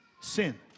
sin